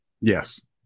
Yes